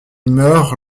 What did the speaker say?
meurt